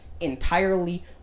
entirely